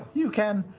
you can,